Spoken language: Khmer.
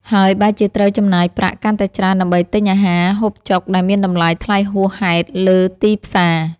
ហើយបែរជាត្រូវចំណាយប្រាក់កាន់តែច្រើនដើម្បីទិញអាហារហូបចុកដែលមានតម្លៃថ្លៃហួសហេតុលើទីផ្សារ។